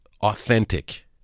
authentic